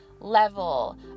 level